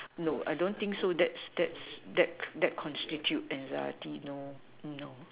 no I don't think so that's that's that that constitute anxiety no no